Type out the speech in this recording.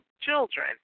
children